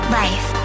life